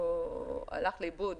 או הלך לאיבוד